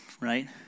right